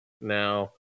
now